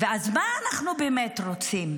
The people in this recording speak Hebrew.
ואז, מה אנחנו באמת רוצים?